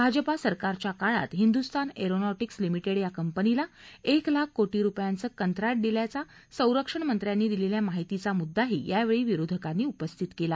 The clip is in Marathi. भाजपा सरकारच्या काळात हिंदुस्तान एरोनॉटीक्स लिमिटेड या कंपनीला एक लाख कोटी रुपयांचं कंत्राट दिल्याचा संरक्षण मंत्र्यांनी दिलेल्या माहितीचा मुद्दाही यावेळी विरोधकांनी उपस्थित केला